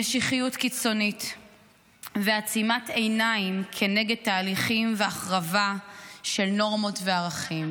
משיחיות קיצונית ועצימת עיניים כנגד תהליכים והחרבה של נורמות וערכים.